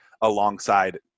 alongside